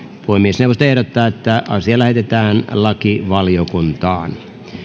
puhemiesneuvosto ehdottaa että asia lähetetään lakivaliokuntaan